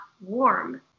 warm